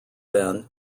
then